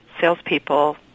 salespeople